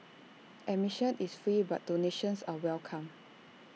admission is free but donations are welcome